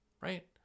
right